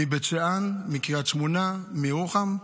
מבית שאן, מקריית שמונה, מירוחם,